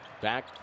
back